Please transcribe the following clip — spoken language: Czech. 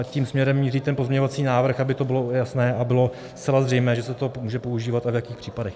Tím směrem míří ten pozměňovací návrh, aby to bylo jasné a bylo zcela zřejmé, že se to může používat a v jakých případech.